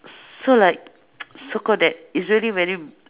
so like so called that it's really very